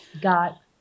got